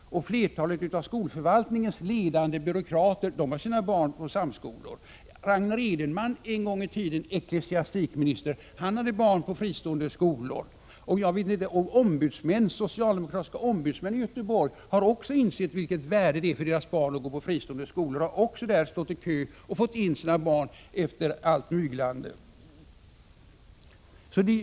Flertalet av skolförvaltningens ledande byråkrater har sina barn i Samskolan. Ragnar Edenman, en gång i tiden ecklesiastikminister, hade barn som gick i fristående skolor. Också socialdemokratiska ombudsmän i Göteborg har insett värdet av att deras barn får gå i fristående skolor. De har stått i kö och fått in sina barn efter en del myglande.